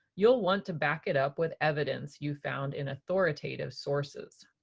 you'll want to back it up with evidence you found in authoritative sources.